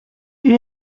une